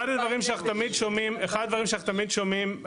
אחד הדברים שאנחנו תמיד שומעים,